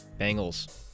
Bengals